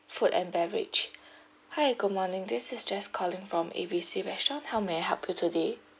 food and beverage hi good morning this is jess calling from A B C restaurant how may I help you today